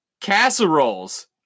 Casseroles